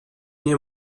nie